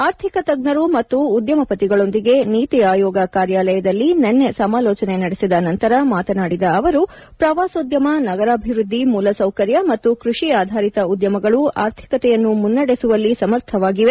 ಆರ್ಥಿಕ ತಜ್ಞರು ಮತ್ತು ಉದ್ಯಮಪತಿಗಳೊಂದಿಗೆ ನೀತಿ ಆಯೋಗ ಕಾರ್ಯಾಲಯದಲ್ಲಿ ನಿನ್ನೆ ಸಮಾಲೋಜನೆ ನಡೆಸಿದ ನಂತರ ಮಾತನಾಡಿದ ಅವರು ಪ್ರವಾಸೋದ್ಯಮ ನಗರಾಭಿವೃದ್ವಿ ಮೂಲಸೌಕರ್ಯ ಮತ್ತು ಕೃಷಿ ಆಧಾರಿತ ಉದ್ದಮಗಳು ಆರ್ಥಿಕತೆಯನ್ನು ಮುನ್ನಡೆಸುವಲ್ಲಿ ಸಮರ್ಥವಾಗಿದೆ